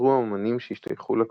חזרו האמנים שהשתייכו לקבוצה,